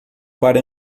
para